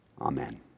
Amen